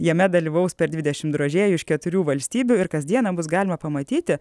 jame dalyvaus per dvidešim drožėjų iš keturių valstybių ir kasdieną bus galima pamatyti